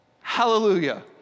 Hallelujah